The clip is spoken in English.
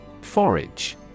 Forage